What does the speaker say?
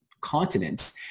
continents